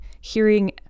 hearing